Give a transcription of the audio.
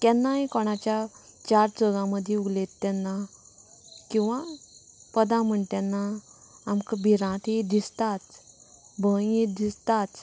केन्नाय कोणाच्या चार चौगां मदी उलयता तेन्ना किंवां पदां म्हणटा तेन्ना आमकां भिरांत ही दिसताच भंय ही दिसताच